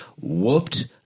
whooped